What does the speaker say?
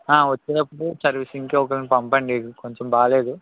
ఆ వచ్చేటపుడు సర్వీసింగ్కి ఒకరిని పంపండి కొంచెం బాగాలేదు